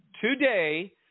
Today